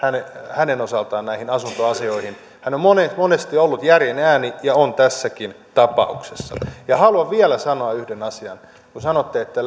hänen osaltaan näihin asuntoasioihin hän on monesti ollut järjen ääni ja on tässäkin tapauksessa ja haluan vielä sanoa yhden asian kun sanoitte että